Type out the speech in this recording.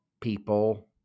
people